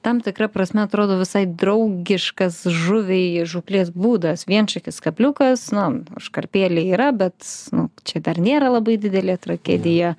tam tikra prasme atrodo visai draugiškas žuviai žūklės būdas vienšakis kabliukas na užkarpėlė yra bet nu čia dar nėra labai didelė tragedija